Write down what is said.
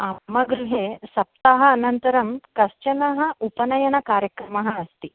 मम गृहे सप्ताह अनन्तरं कश्चनः उपनयनकार्यक्रमः अस्ति